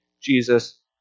Jesus